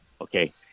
okay